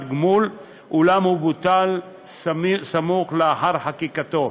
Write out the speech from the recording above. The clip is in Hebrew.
גמול אולם הוא בוטל סמוך לאחר חקיקתו.